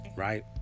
Right